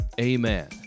Amen